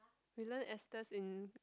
we learn esters in